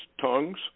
tongues